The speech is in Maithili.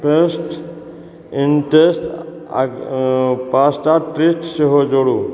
पेस्ट इन्टेस्ट आओर पाँच टा पृष्ठ सेहो जोड़ू